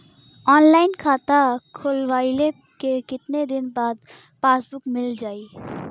Online खाता खोलवईले के कितना दिन बाद पासबुक मील जाई?